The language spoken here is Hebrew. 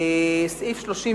סעיף 31